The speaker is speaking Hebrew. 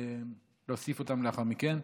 להוסיף אותם לאחר מכן.